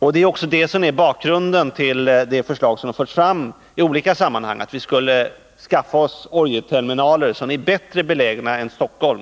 Detta är också bakgrunden till det förslag som har förts fram i olika sammahang, att vi skulle skaffa oss oljeterminaler som är bättre belägna än Stockholms.